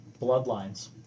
Bloodlines